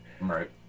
Right